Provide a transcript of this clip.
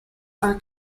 are